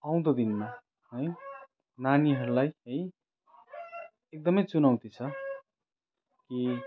आउँदो दिनमा है नानीहरूलाई है एकदमै चुनौती छ कि